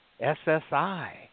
SSI